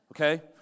Okay